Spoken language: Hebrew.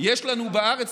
יש לנו בארץ,